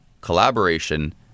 collaboration